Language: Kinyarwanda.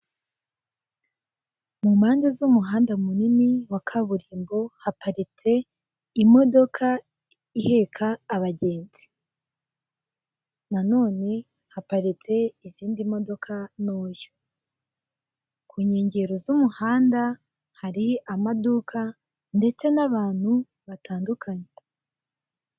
Uruganda rw'amata, utubuni turi mu gatajeri rw'ibara ry'umweru turimo amata, igikoresho babikamo amata kiri iruhande rwabyo.